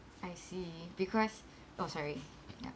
I see because oh sorry ya